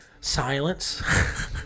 silence